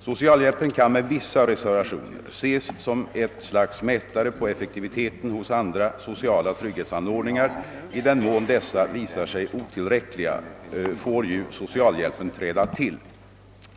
Socialhjälpen kan med vissa reservationer ses som ett slags mätare på effektiviteten hos andra sociala trygghetsanordningar — i den mån dessa visar sig otillräckliga får ju socialhjälpen träda till.